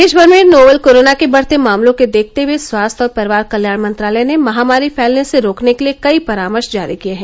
देशभर में novel corona के बढ़ते मामलों के देखते हुए स्वास्थ्य और परिवार कल्याण मंत्रालय ने महामारी फैलने से रोकने के लिए कई परामर्श जारी किए हैं